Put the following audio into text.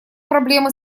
проблемы